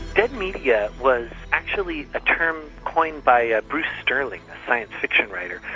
dead media was actually a term coined by ah bruce sterling, the science-fiction writer,